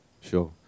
sure